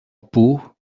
poor